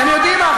אתם יודעים מה?